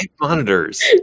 monitors